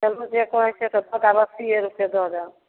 चलू जे कहै छिए से हटाउ अस्सिए रुपैए दऽ देब